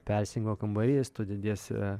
persirengimo kambarys tu dediesi